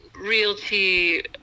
realty